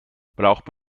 braucht